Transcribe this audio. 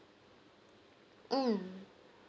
mm